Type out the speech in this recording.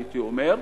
הייתי אומר,